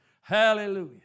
Hallelujah